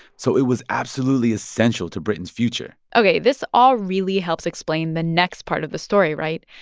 so it was absolutely essential to britain's future ok. this all really helps explain the next part of the story right?